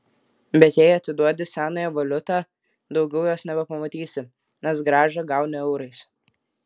bet jei atiduodi senąją valiutą daugiau jos nebepamatysi nes grąžą gauni eurais